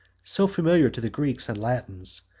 so familiar to the greeks and latins,